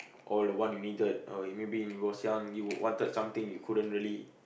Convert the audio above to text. all the want you needed oh maybe when you was young you would wanted something you couldn't really